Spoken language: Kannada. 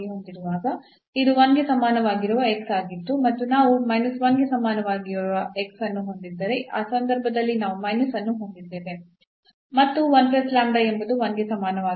ಇದು 1 ಗೆ ಸಮಾನವಾಗಿರುವ ಆಗಿತ್ತು ಮತ್ತು ನಾವು ಗೆ ಸಮಾನವಾಗಿರುವ ಅನ್ನು ಹೊಂದಿದ್ದರೆ ಆ ಸಂದರ್ಭದಲ್ಲಿ ನಾವು ಮೈನಸ್ ಅನ್ನು ಹೊಂದಿದ್ದೇವೆ ಮತ್ತು ಎಂಬುದು 1 ಗೆ ಸಮಾನವಾಗಿರುತ್ತದೆ